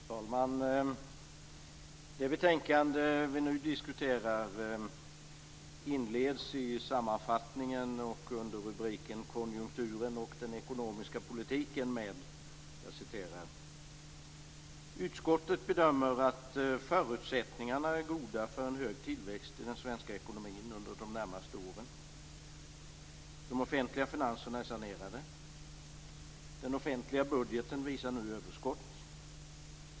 Fru talman! Det betänkande vi nu diskuterar inleds med en sammanfattning. Under rubriken Konjunkturen och den ekonomiska politiken står följande: "Utskottet bedömer att förutsättningarna är goda för en hög tillväxt i den svenska ekonomin under de närmaste åren, och de offentliga finanserna är sanerade. Den offentliga budgeten visar nu överskott.